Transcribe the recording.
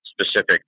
specific